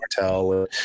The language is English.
Martell